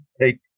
take